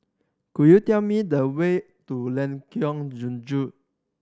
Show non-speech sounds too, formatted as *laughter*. could you tell me the way to Lengkong *unintelligible*